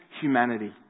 humanity